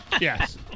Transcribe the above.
yes